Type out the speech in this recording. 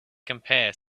compare